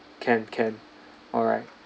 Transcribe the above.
can can alright